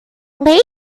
ladies